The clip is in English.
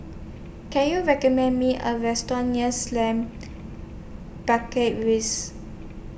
Can YOU recommend Me A Restaurant near Slim Barracks Rise